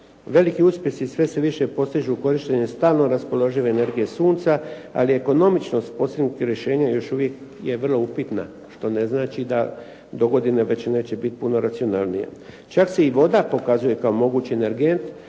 Veliki uspjesi sve se više postižu u korištenju stalno raspoložive energije sunca ali ekonomičnost postignutih rješenja još uvijek je vrlo upitna što ne znači da do godine već neće biti puno racionalnije. Čak se i voda pokazuje kao mogući energent